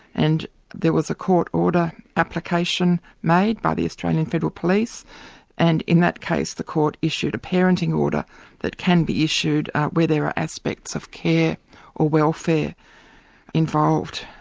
and there was a court order application made by the australian federal police and in that case, the court issued a parenting order that can be issued where there are aspects of care or welfare involved.